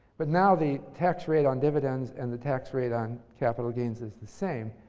but now the tax rate on dividends and the tax rate on capital gains is the same,